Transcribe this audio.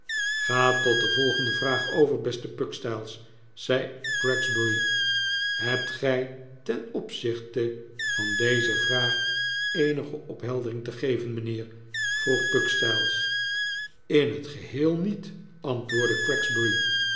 ga tot de volgende vraag over beste pugstyles zei gregsbury hebt gij ten opzichte van deze vraag eenige opheldering te geven mijnheer vroeg pugstyles in t geheel niet antwoordde